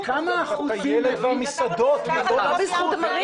אבל לא בזכות המרינה.